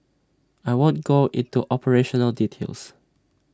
I won't go into operational details